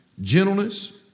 gentleness